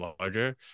larger